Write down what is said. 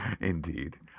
Indeed